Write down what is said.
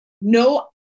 no